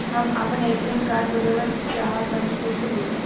हम आपन ATM card बदलल चाह तनि कइसे होई?